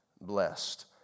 blessed